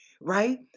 right